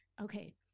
Okay